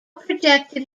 projected